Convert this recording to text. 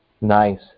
Nice